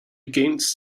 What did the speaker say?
against